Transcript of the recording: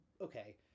okay